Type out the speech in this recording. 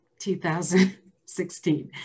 2016